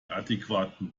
adäquaten